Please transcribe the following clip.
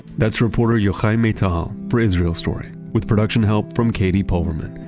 that's reporter yochai maital for israel story with production help from katie pulverman.